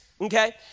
okay